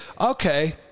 okay